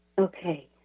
Okay